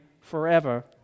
forever